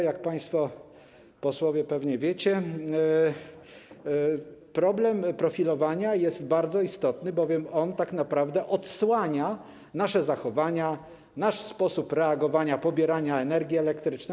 Jak państwo posłowie pewnie wiecie, problem profilowania jest bardzo istotny, bowiem on tak naprawdę odsłania nasze zachowania, nasz sposób reagowania, pobierania energii elektrycznej.